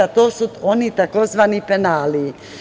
To su oni tzv. penali.